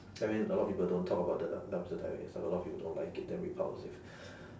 I mean a lot of people don't talk about the dum~ dumpster diving stuff a lot of people don't like it damn repulsive